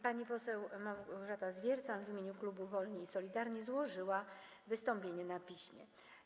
Pani poseł Małgorzata Zwiercan w imieniu klubu Wolni i Solidarni złożyła wystąpienie na piśmie.